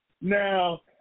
Now